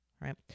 right